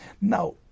Now